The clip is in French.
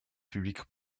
public